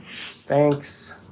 Thanks